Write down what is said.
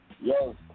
Yo